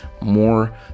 more